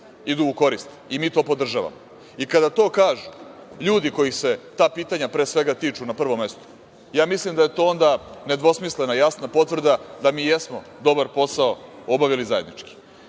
idu u korist i mi to podržavamo. I kada to kažu ljudi kojih se ta pitanja, pre svega, tiču na prvom mestu, ja mislim da je to onda nedvosmislena jasna potvrda da mi jesmo dobar posao obavili zajednički. Još